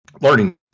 learning